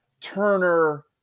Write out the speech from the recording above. Turner